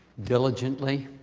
diligently.